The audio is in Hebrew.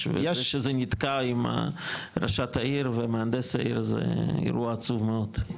וזה שזה נתקע עם ראשת העיר ומהנדס העיר זה אירוע עצוב מאוד.